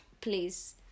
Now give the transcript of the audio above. please